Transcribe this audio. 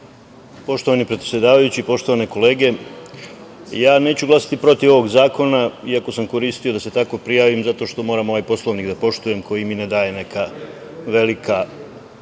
Poštovani predsedavajući, poštovane kolege, neću glasati protiv ovog zakona, iako sam koristio, da se tako prijavim, zato što moram ovaj Poslovnik da poštujem koji mi ne daje neka veliki